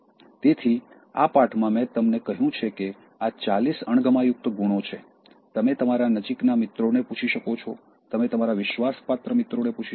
તેથી આ પાઠમાં મેં તમને કહ્યું છે કે આ ચાલીસ અણગમાયુક્ત ગુણો છે તમે તમારા નજીકના મિત્રોને પૂછી શકો છો તમે તમારા વિશ્વાસપાત્ર મિત્રોને પૂછી શકો છો